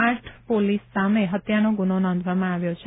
આઠ પોલીસ સામે હત્યાનો ગુનો નોંધવામાં આવ્યો છે